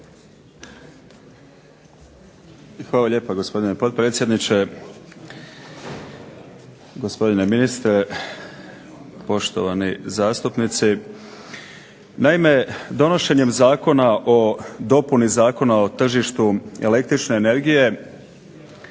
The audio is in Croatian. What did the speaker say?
Hvala lijepa gospodine potpredsjedniče, gospodine ministre, poštovani zastupnici. Naime, donošenjem Zakona o dopuni Zakona o tržištu električne energije